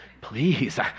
please